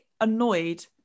annoyed